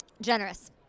generous